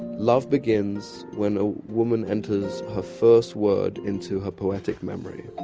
love begins when a woman enters her first word into her poetic memory.